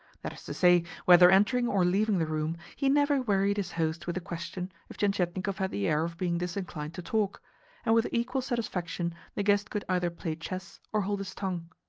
that is to say, whether entering or leaving the room, he never wearied his host with a question if tientietnikov had the air of being disinclined to talk and with equal satisfaction the guest could either play chess or hold his tongue.